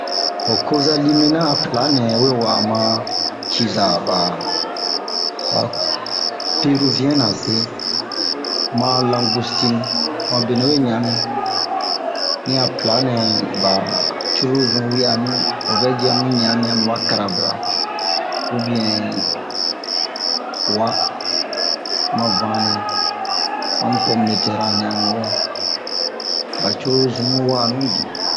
ho kozalimena a pla nɛ we wa'a ma ciza ɓa ɓa peruviyɛn na se ma ho langustine mu a benɛ we ɲan'anmi ni a pla nɛ ɓa curulu zun we'anu o vɛ ji amu ɲan'anmiɲan maba crabe-ra ubiyɛn uwa ma vanle ma mu pome-de-tɛr a ɲan'anmi wɛ ɓa curulu zun mu wa'anu bin